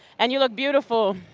and you look beautiful.